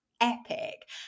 epic